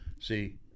See